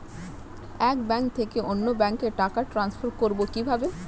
এক ব্যাংক থেকে অন্য ব্যাংকে টাকা ট্রান্সফার করবো কিভাবে?